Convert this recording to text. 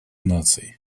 наций